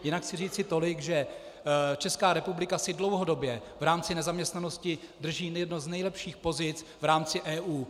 Jinak chci říci tolik, že Česká republika si dlouhodobě v rámci nezaměstnanosti drží jednu z nejlepších pozic v rámci EU.